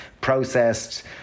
processed